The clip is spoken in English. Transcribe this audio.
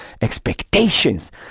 expectations